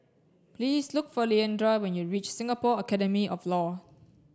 please look for Leandra when you reach Singapore Academy of Law